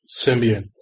Symbian